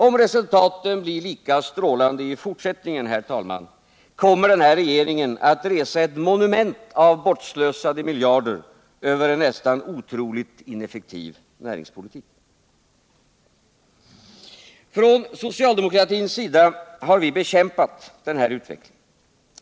Om resultaten blir lika strålande i fortsättningen, herr talman, kommer den här regeringen att resa ett monument av bortslösade miljarder över en nästan otroligt ineffektiv näringspolitik Från socialdemokratins sida har vi bekämpat den här utvecklingen.